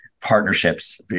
partnerships